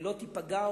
לא תיפגע,